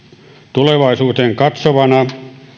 tulevaisuuteen katsovana